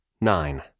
Nine